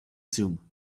zoom